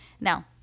Now